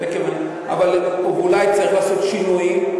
ואולי צריכים לעשות שינויים.